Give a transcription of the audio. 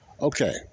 Okay